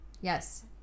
yes